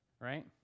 right